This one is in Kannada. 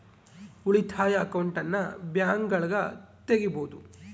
ಉಳಿತಾಯ ಅಕೌಂಟನ್ನ ಬ್ಯಾಂಕ್ಗಳಗ ತೆಗಿಬೊದು